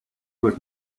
was